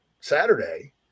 Saturday